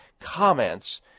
comments